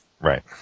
Right